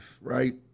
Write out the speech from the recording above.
right